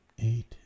Eight